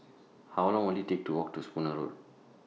How Long Will IT Take to Walk to Spooner Road